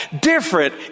Different